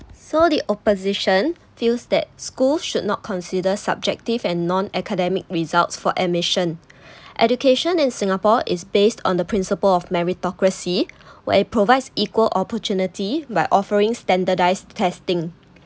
so the opposition feels that schools should not consider subjective and non academic results for admission education in singapore is based on the principle of meritocracy where it provides equal opportunity by offering standardised testing